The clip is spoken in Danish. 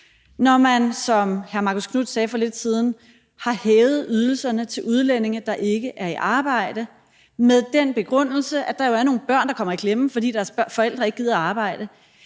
Når man, som hr. Marcus Knuth sagde for lidt siden, har hævet ydelserne til udlændinge, der ikke er i arbejde, med den begrundelse, at der jo er nogle børn, der kommer i klemme, fordi deres forældre ikke gider at arbejde,